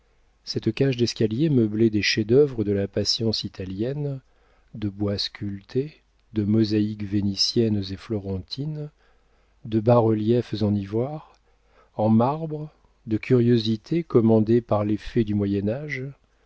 cette cage d'escalier meublée des chefs-d'œuvre de la patience italienne de bois sculptés de mosaïques vénitiennes et florentines de bas-reliefs en ivoire en marbre de curiosités commandées par les fées du